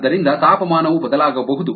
ಆದ್ದರಿಂದ ತಾಪಮಾನವು ಬದಲಾಗಬಹುದು